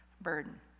burden